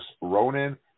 Ronan